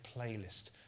playlist